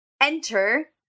Enter